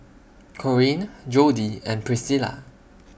Corene Jodie and Priscila